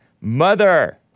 mother